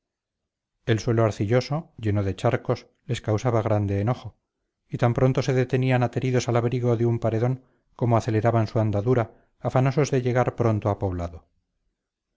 el suelo arcilloso lleno de charcos les causaba grande enojo y tan pronto se detenían ateridos al abrigo de un paredón como aceleraban su andadura afanosos de llegar pronto a poblado